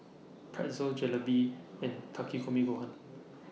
Pretzel Jalebi and Takikomi Gohan